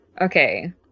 okay